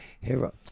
hero